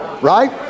Right